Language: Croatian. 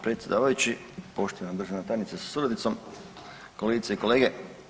predsjedavajući, poštovana državna tajnice sa suradnicom, kolegice i kolege.